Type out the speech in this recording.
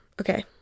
Okay